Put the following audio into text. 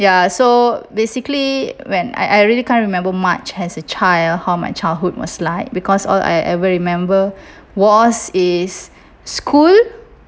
ya so basically when I I really can't remember much as a child how my childhood was like because all I ever remember was is school